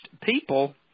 people